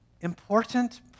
important